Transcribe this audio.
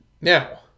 Now